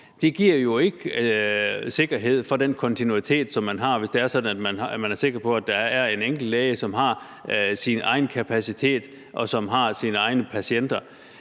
det jo ikke sikkerhed for den kontinuitet, som man har, hvis man er sikker på, at der er en enkelt læge, som har sin egen kapacitet, og som har sine egne patienter.